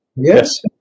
Yes